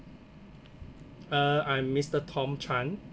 uh I'm mister tom chan